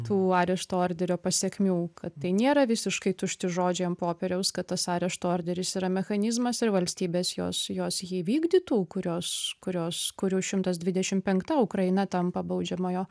tų arešto orderio pasekmių kad tai nėra visiškai tušti žodžiai ant popieriaus kad tas arešto orderis yra mechanizmas ir valstybės jos jos jį vykdytų kurios kurios kurių šimtas dvidešim penkta ukraina tampa baudžiamojo